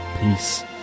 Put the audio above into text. Peace